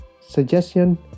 suggestion